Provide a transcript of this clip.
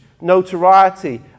notoriety